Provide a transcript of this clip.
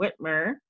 Whitmer